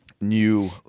new